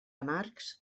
amargs